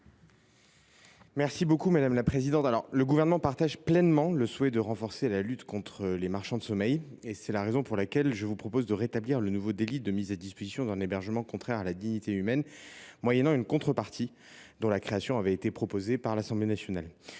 présenter l’amendement n° 128. Le Gouvernement partage pleinement le souhait de renforcer la lutte contre les marchands de sommeil. C’est pourquoi, mesdames, messieurs les sénateurs, je vous propose de rétablir le nouveau délit de mise à disposition d’un hébergement contraire à la dignité humaine, moyennant une contrepartie dont la création avait été proposée par l’Assemblée nationale.